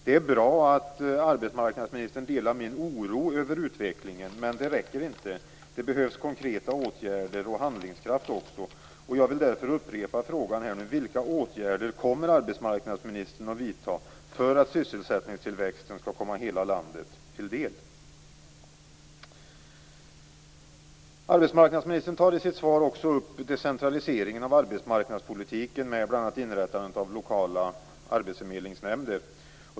Det är bra att arbetsmarknadsministern delar min oro över utvecklingen. Men det räcker inte. Det behövs konkreta åtgärder och handlingskraft också. Jag vill därför upprepa frågan: Vilka åtgärder kommer arbetsmarknadsministern att vidta för att sysselsättningstillväxten skall komma hela landet till del? Arbetsmarknadsministern tar i sitt svar också upp decentraliseringen av arbetsmarknadspolitiken med bl.a. inrättandet av lokala arbetsförmedlingsnämnder.